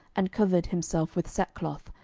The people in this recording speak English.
and covered himself with sackcloth,